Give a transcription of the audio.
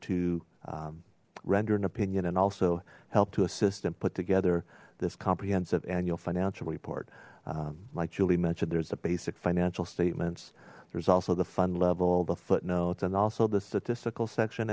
to render an opinion and also help to assist and put together this comprehensive annual financial report like julie mentioned there's a basic financial statements there's also the fun level the footnotes and also the statistical section